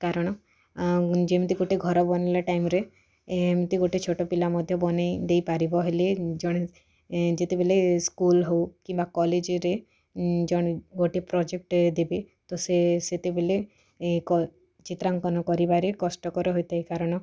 କାରଣ ଆଉ ଯେମିତି ଗୋଟେ ଘର ବନିଲା ଟାଇମ୍ରେ ଏମତି ଗୋଟେ ଛୋଟପିଲା ମଧ୍ୟ ବନେଇ ଦେଇପାରିବ ହେଲେ ଜଣେ ଏଁ ଯେତେବେଳେ ସ୍କୁଲ୍ ହଉ କିମ୍ବା କଲେଜ୍ରେ ଇଁ ଜଣେ ଗୋଟେ ପ୍ରୋଜେକ୍ଟ୍ ଦେବେ ତ ସେ ସେତେବେଳେ ଏକ ଚିତ୍ରାଙ୍କନ କରିବାରେ କଷ୍ଟକର ହୋଇଥାଏ କାରଣ